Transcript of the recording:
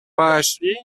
поощрение